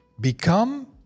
become